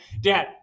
Dad